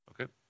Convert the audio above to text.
Okay